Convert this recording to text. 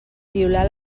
violar